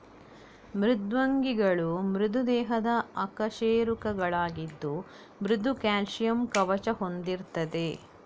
ಮೃದ್ವಂಗಿಗಳು ಮೃದು ದೇಹದ ಅಕಶೇರುಕಗಳಾಗಿದ್ದು ಮೃದು ಕ್ಯಾಲ್ಸಿಯಂ ಕವಚ ಹೊಂದಿರ್ತದೆ